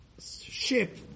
ship